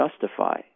justify